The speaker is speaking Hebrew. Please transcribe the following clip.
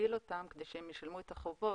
להגביל אותם כדי שהם ישלמו את החובות,